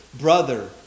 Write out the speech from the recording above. brother